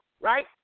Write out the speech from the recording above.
right